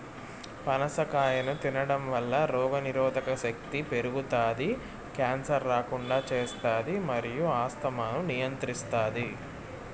పనస కాయను తినడంవల్ల రోగనిరోధక శక్తి పెరుగుతాది, క్యాన్సర్ రాకుండా చేస్తాది మరియు ఆస్తమాను నియంత్రిస్తాది